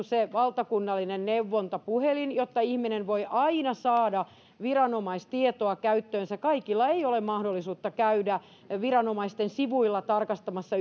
se valtakunnallinen neuvontapuhelin jotta ihminen voi aina saada viranomaistietoa käyttöönsä kaikilla ei ole mahdollisuutta käydä viranomaisten sivuilla tarkastamassa